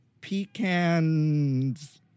pecans